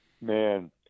Man